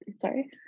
sorry